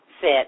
sit